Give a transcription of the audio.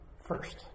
first